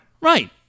Right